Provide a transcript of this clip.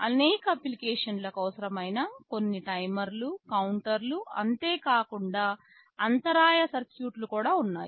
అనేక అప్లికేషన్లు లకు అవసరమైన కొన్ని టైమర్లు కౌంటర్లు అంతేకాకుండా అంతరాయ సర్క్యూట్లు కూడా ఉన్నాయి